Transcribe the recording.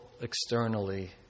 externally